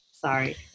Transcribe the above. Sorry